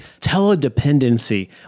teledependency